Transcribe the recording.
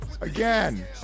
Again